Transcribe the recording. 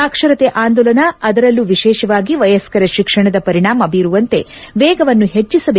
ಸಾಕ್ಷರತೆ ಆಂದೋಲನದ ಅದರಲ್ಲೂ ವಿಶೇಷವಾಗಿ ವಯಸ್ಕರ ಶಿಕ್ಷಣದ ಪರಿಣಾಮ ಬೀರುವಂತೆ ವೇಗವನ್ನು ಹೆಚ್ಚಸಬೇಕು